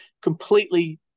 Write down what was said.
completely